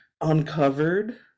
uncovered